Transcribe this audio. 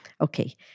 Okay